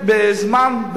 בזמן,